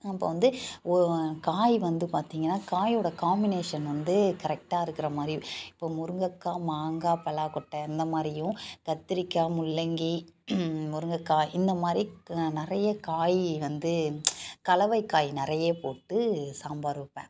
அப்போ வந்து ஒ காய் வந்து பார்த்திங்கன்னா காயோடய காமிபினேஷன் வந்து கரெக்டாக இருக்கிற மாதிரி இப்போ முருங்கக்காய் மாங்காய் பலாக்கொட்ட இந்த மாதிரியும் கத்திரிக்காய் முள்ளங்கி முருங்கக்காய் இந்த மாதிரி நிறைய காய் வந்து கலவைக் காய் நிறைய போட்டு சாம்பார் வைப்பேன்